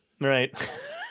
Right